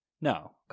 No